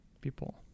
people